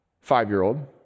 five-year-old